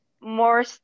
more